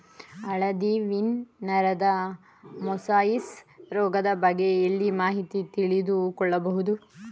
ಹಳದಿ ವೀನ್ ನರದ ಮೊಸಾಯಿಸ್ ರೋಗದ ಬಗ್ಗೆ ಎಲ್ಲಿ ಮಾಹಿತಿ ತಿಳಿದು ಕೊಳ್ಳಬಹುದು?